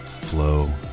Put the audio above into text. flow